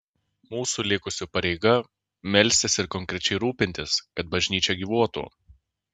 mūsų likusių pareiga melstis ir konkrečiai rūpintis kad bažnyčia gyvuotų